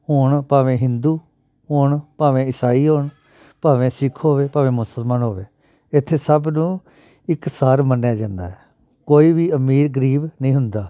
ਹੁਣ ਭਾਵੇਂ ਹਿੰਦੂ ਹੋਣ ਭਾਵੇਂ ਇਸਾਈ ਹੋਣ ਭਾਵੇਂ ਸਿੱਖ ਹੋਵੇ ਭਾਵੇਂ ਮੁਸਲਮਾਨ ਹੋਵੇ ਇੱਥੇ ਸਭ ਨੂੰ ਇੱਕ ਸਾਰ ਮੰਨਿਆ ਜਾਂਦਾ ਕੋਈ ਵੀ ਅਮੀਰ ਗਰੀਬ ਨਹੀਂ ਹੁੰਦਾ